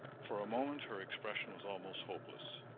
for a moment her expression was almost hopeless.